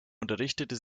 unterrichtete